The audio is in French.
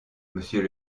monsieur